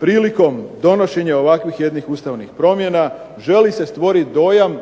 prilikom donošenja ovakvih jednih ustavnih promjena želi se stvorit dojam